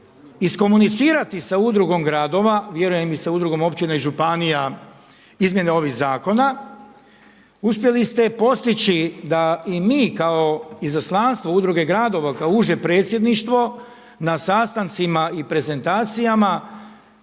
iskomunicirati sa Udrugom gradova, vjerujem i sa udrugom općina i županija izmjene ovih zakona. Uspjeli ste postići da i mi kao izaslanstvo udruge gradova kao uže predsjedništvo na sastancima i prezentacijama